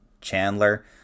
chandler